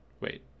wait